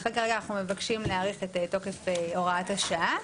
לכן כרגע אנחנו מבקשים להאריך את תוקף הוראת השעה.